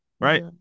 Right